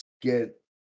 get